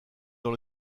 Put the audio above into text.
dans